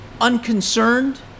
unconcerned